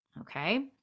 okay